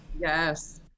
Yes